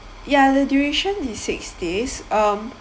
ya the duration is six days um